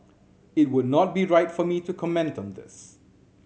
it would not be right for me to comment on this